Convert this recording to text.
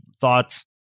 thoughts